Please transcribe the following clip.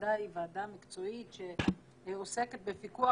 הוועדה היא ועדה מקצועית שעוסקת בפיקוח